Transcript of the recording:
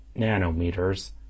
nanometers